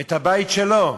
את הבית שלו.